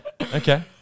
okay